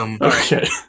Okay